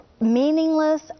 meaningless